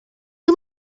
you